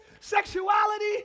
sexuality